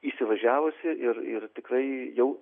įsivažiavusi ir ir tikrai jau